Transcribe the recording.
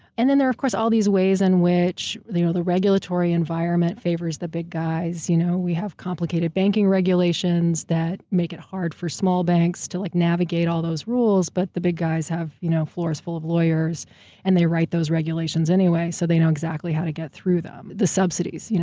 and then there are, of course, all these ways in which, you know, the regulatory environment favors the big guys. you know we have complicated banking regulations that make it hard for small banks to like navigate all those rules, but the big guys have you know floors full of lawyers and they write those regulations anyway, so they know exactly how to get through them. the subsidies, you know,